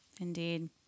Indeed